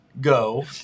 go